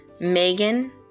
Megan